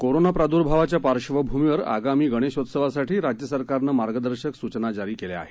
corona प्रादूर्भावाच्या पार्श्वभूमीवर आगामी गणेशोत्सवासाठी राज्य सरकारनं मार्गदर्शन सूचना जारी केल्या आहेत